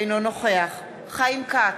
אינו נוכח חיים כץ,